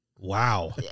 Wow